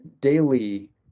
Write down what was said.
...daily